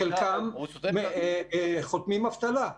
וחלקם חותמים אבטלה.